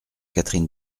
catherine